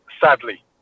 sadly